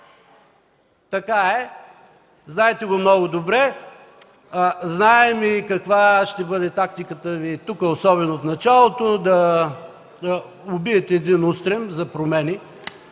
Така е, знаете го много добре. Знаем и каква ще бъде тактиката Ви тук, особено в началото – да убиете устрема за промени.